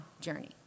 journey